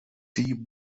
die